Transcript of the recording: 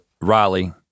Raleigh